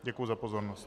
Děkuji za pozornost.